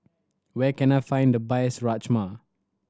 where can I find the best Rajma